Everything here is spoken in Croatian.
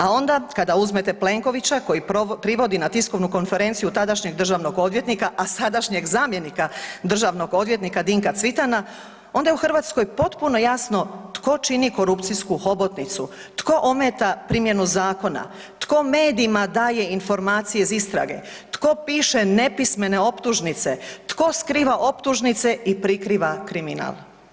A onda kada uzmete Plenkovića koji privodi na tiskovnu konferenciju tadašnjeg državnog odvjetnika, a sadašnjeg zamjenika državnog odvjetnika Dinka Cvitana, onda je u Hrvatskoj potpuno jasno tko čini korupcijsku hobotnicu, tko ometa primjenu zakona, tko medijima daje informacije iz istrage, tko piše nepismene optužnice, tko skriva optužnice i prikriva kriminal.